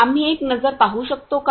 आम्ही एक नजर पाहू शकतो का